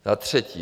Za třetí.